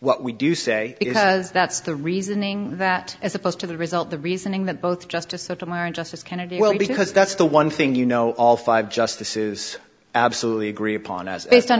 what we do say because that's the reasoning that as opposed to the result the reasoning that both justice sotomayor and justice kennedy well because that's the one thing you know all five justices absolutely agree upon as based on